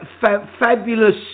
fabulous